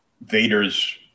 Vader's